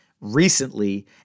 recently